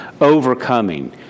overcoming